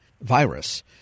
virus